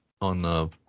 On